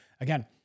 again